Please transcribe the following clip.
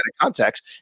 context